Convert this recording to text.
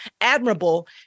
admirable